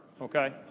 okay